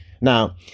Now